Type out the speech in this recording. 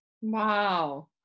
Wow